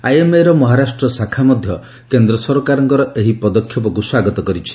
ଆଇଏମ୍ଏର ମହାରାଷ୍ଟ୍ର ଶାଖା ମଧ୍ୟ କେନ୍ଦ୍ର ସରକାରଙ୍କର ଏହି ପଦକ୍ଷେପକୁ ସ୍ୱାଗତ କରିଛି